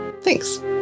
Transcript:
thanks